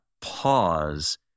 pause